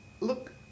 Look